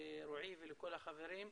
לרועי ולכל החברים,